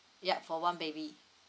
yup for one baby